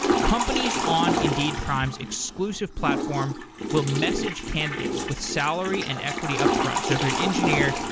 companies on indeed prime's exclusive platform will message candidates with salary and equity upfront. so if you're an engineer,